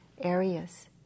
areas